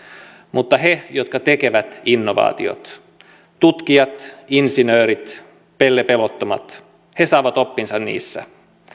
mutta he jotka tekevät innovaatiot tutkijat insinöörit pellepelottomat he saavat oppinsa niissä